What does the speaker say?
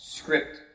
Script